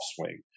swing